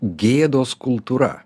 gėdos kultūra